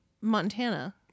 Montana